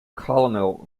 colonel